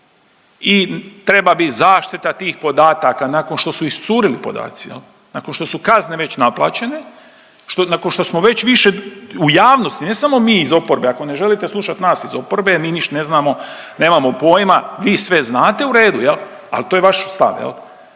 i treba bit zaštita tih podataka, nakon što su iscurili podaci, je li, nakon što su kazne već naplaćene, nakon što smo već više u javnosti, ne samo mi iz oporbe, ako ne želite slušati nas iz oporbe, mi niš ne znamo, nemamo pojma, vi sve znate, u redu. Ali to je vaš stav. To